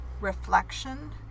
reflection